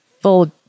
full